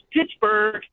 Pittsburgh